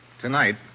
Tonight